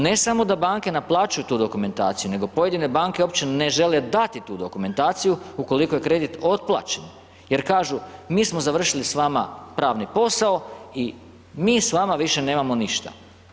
Ne samo da banke naplaćuju tu dokumentaciju, nego pojedine banke opće ne žele dati tu dokumentaciju ukoliko je kredit otplaćen, jer kažu mi smo završili s vama pravni posao i mi s vama više nemamo ništa.